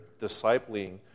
discipling